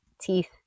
teeth